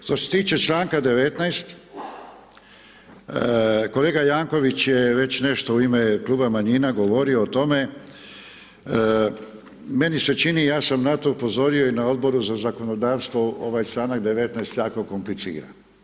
Što se tiče članka 19. kolega Jankovics je već nešto u ime kluba manjina govorio o tome, meni se čini, ja sam na to upozorio i na Odboru za zakonodavstvo ovaj članak 19. je jako kompliciran.